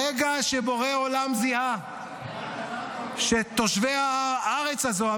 ברגע שבורא עולם זיהה שתושבי הארץ הזו,